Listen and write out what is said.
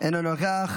אינו נוכח.